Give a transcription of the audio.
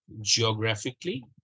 geographically